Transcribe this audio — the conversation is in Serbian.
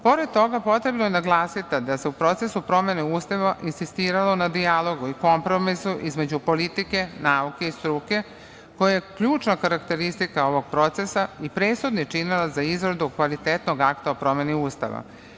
Pored toga, potrebno je naglasiti da se u procesu promene Ustava insistiralo na dijalogu i kompromisu između politike, nauke i struke, koja je ključna karakteristika ovog procesa i presudni činilac za izradu kvalitetnog akta o promeni Ustava.